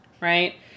right